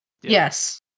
Yes